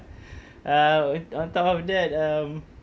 um on top of that um